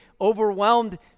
overwhelmed